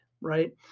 right